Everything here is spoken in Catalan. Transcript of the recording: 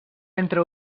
entre